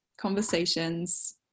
conversations